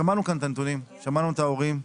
שמענו כאן את הנתונים, שמענו את ההורים.